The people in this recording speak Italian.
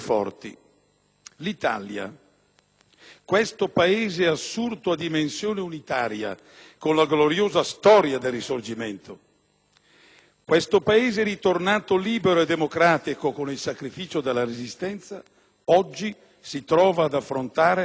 questo Paese assurto a dimensione unitaria con la gloriosa storia del Risorgimento, questo Paese ritornato libero e democratico con il sacrificio della Resistenza oggi si trova ad affrontare una nuova fase che è matura,